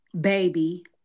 baby